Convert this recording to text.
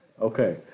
Okay